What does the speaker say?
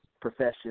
profession